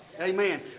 Amen